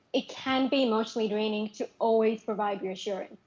it can be emotionally draining to always provide reassurance.